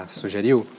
sugeriu